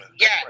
Yes